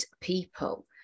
people